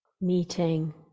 Meeting